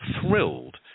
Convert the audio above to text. thrilled